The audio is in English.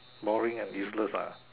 boring and useless ah